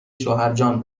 شوهرجان